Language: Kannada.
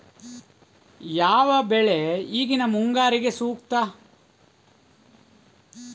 ಯಾವ ಬೆಳೆ ಈಗಿನ ಮುಂಗಾರಿಗೆ ಸೂಕ್ತ?